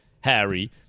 Harry